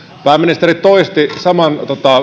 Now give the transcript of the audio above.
pääministeri toisti saman